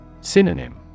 Synonym